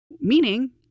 meaning